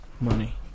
money